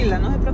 no